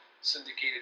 syndicated